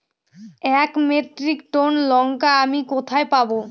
এক metric ton লঙ্কা আমি কোথায় পাবো?